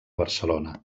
barcelona